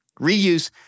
Reuse